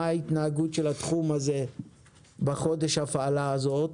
מה ההתנהגות של התחום הזה בחודש הפעלה הזאת,